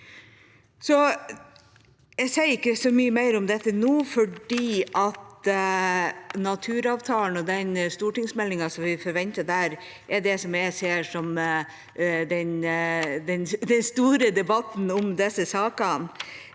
Jeg sier ikke så mye mer om dette nå fordi naturavtalen og den stortingsmeldingen vi forventer der, er det jeg ser som den store debatten om disse sakene.